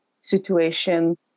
situation